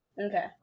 Okay